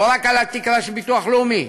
לא רק על התקרה של ביטוח לאומי,